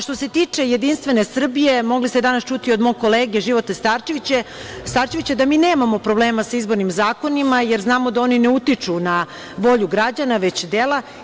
Što se tiče Jedinstvene Srbije, mogli ste danas čuti od mog kolege Živote Starčevića, da mi nemamo problema sa izbornim zakonima, jer znamo da oni ne utiču na volju građana, već dela.